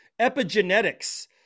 epigenetics